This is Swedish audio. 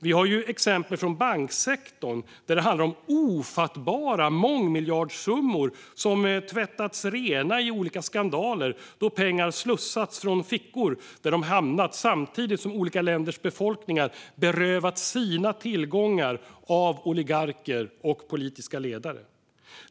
Vi har exempel från banksektorn där det handlar om ofattbara mångmiljardsummor som tvättats rena i olika skandaler då pengar slussats från fickor där de hamnat samtidigt som olika länders befolkningar berövats sina tillgångar av oligarker och politiska ledare.